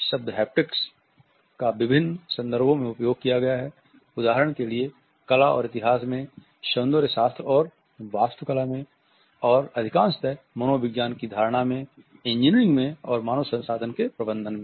शब्द हैप्टिक्स का विभिन्न संदर्भों में उपयोग किया गया है उदाहरण के लिए कला और इतिहास में सौंदर्य शास्त्र और वास्तुकला में और अधिकांशतः मनोविज्ञान की धारणा में इंजीनियरिंग में और मानव संसाधन के प्रबंधन में